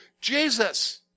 Jesus